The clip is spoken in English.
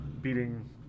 beating